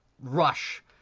rush